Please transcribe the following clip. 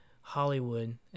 Hollywood